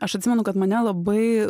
aš atsimenu kad mane labai